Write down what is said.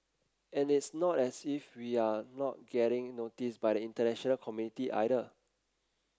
and it's not as if we're not getting noticed by the international community either